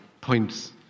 points